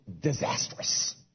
disastrous